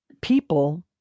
people